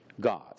God